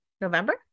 November